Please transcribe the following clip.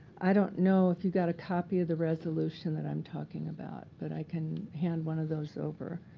i don't know if you've got a copy of the resolution that i'm talking about. but i can hand one of those over.